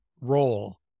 role